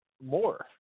more